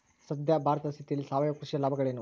ಸದ್ಯ ಭಾರತದ ಸ್ಥಿತಿಯಲ್ಲಿ ಸಾವಯವ ಕೃಷಿಯ ಲಾಭಗಳೇನು?